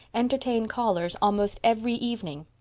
entertain callers almost every evening.